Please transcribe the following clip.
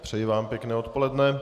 Přeji vám pěkné odpoledne.